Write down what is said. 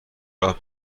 راه